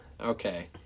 okay